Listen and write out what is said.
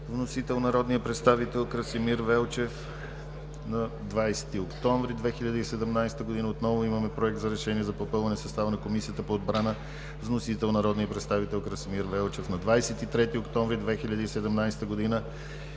вносител: народният представител Красимир Велчев. На 20 октомври 2017 г. Проект за решение за попълване състава на Комисията по отбрана. Вносител: народният представител Красимир Велчев. На 23 октомври 2017 г.